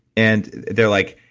and they're like,